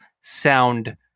sound